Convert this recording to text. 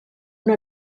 una